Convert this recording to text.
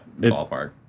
ballpark